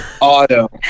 Auto